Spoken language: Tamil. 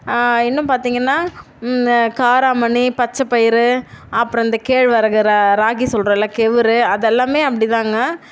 இன்னும் பார்த்தீங்கன்னா இந்த காராமணி பச்சை பயிறு அப்புறம் இந்த கேழ்வரகு ர ராகி சொல்றோம்ல கேவுரு அதெல்லாமே அப்படிதாங்க